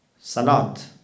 Salat